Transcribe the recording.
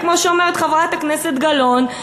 כמו שאומרת חברת הכנסת גלאון,